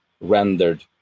rendered